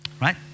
Right